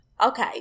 Okay